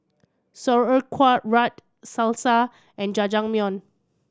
Sauerkraut Salsa and Jajangmyeon